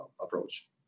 approach